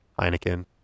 Heineken